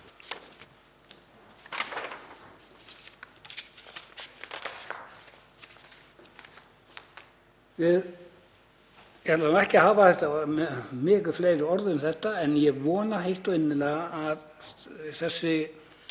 Ég ætla ekki að hafa miklu fleiri orð um þetta en ég vona heitt og innilega að þessi